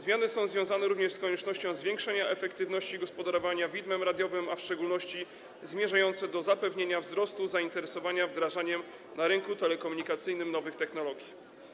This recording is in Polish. Zmiany są związane również z koniecznością zwiększenia efektywności gospodarowania widmem radiowym, a w szczególności zmierzają do zapewnienia wzrostu zainteresowania wdrażaniem na rynku telekomunikacyjnym nowych technologii.